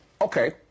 Okay